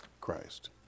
Christ